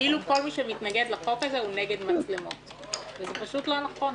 כאילו כל מי שמתנגד לחוק הזה הוא נגד מצלמות וזה פשוט לא נכון.